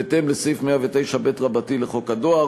בהתאם לסעיף 109ב לחוק הדואר.